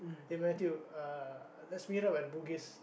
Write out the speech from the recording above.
eh Matthew uh let's meet up at Bugis